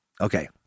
Okay